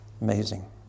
Amazing